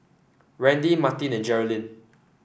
Randy Marty and Jerilyn